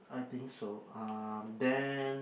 I think so um then